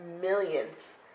millions